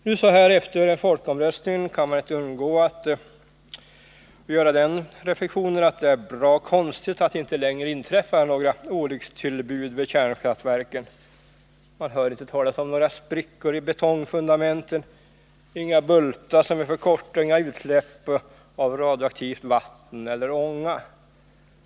Nu så här efter folkomröstningen kan man inte undgå att göra den reflexionen att det är bra konstigt att det inte längre inträffat några olyckstillbud vid kärnkraftverken. Man hör inte talas om några sprickor i betongfundamenten, inga bultar som är för korta och inget utsläpp av radioaktivt vatten eller ånga.